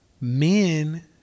men